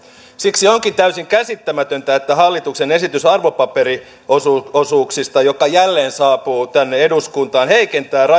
siksi onkin täysin käsittämätöntä että hallituksen esitys arvopaperiosuuksista joka jälleen saapuu tänne eduskuntaan heikentää rajusti